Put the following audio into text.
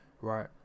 right